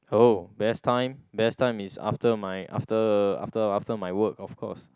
oh best time best time is after my after after after my work of course